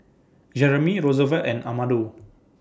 Jeramie Rosevelt and Amado